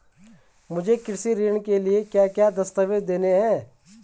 मुझे कृषि ऋण के लिए क्या क्या दस्तावेज़ देने हैं?